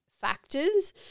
factors